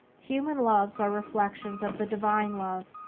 human loves are reflections of the divine love,